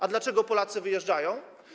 A dlaczego Polacy wyjeżdżają?